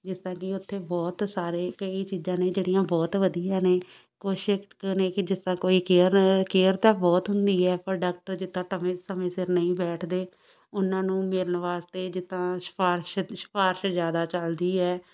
ਜਿਸ ਤਰ੍ਹਾਂ ਕਿ ਉੱਥੇ ਬਹੁਤ ਸਾਰੇ ਕਈ ਚੀਜ਼ਾਂ ਨੇ ਜਿਹੜੀਆਂ ਬਹੁਤ ਵਧੀਆ ਨੇ ਕੁਛ ਕੁ ਨੇ ਕਿ ਜਿਸ ਤਰ੍ਹਾਂ ਕੋਈ ਕੇਅਰ ਕੇਅਰ ਤਾਂ ਬਹੁਤ ਹੁੰਦੀ ਹੈ ਪਰ ਡਾਕਟਰ ਜਿੱਦਾਂ ਟਵੇਂ ਸਮੇਂ ਸਿਰ ਨਹੀਂ ਬੈਠਦੇ ਉਹਨਾਂ ਨੂੰ ਮਿਲਣ ਵਾਸਤੇ ਜਿੱਦਾਂ ਸਿਫਾਰਿਸ਼ ਸਿਫਾਰਿਸ਼ ਜ਼ਿਆਦਾ ਚੱਲਦੀ ਹੈ